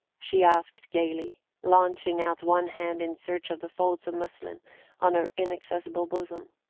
she asked gaily, launching out one hand in search of the folds of muslin on her inaccessible bosom.